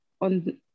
on